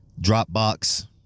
Dropbox